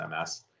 MS